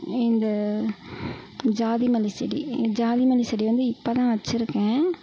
இந்த ஜாதி மல்லி செடி ஜாதி மல்லி செடி வந்து இப்போ தான் வெச்சுருக்கேன்